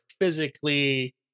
physically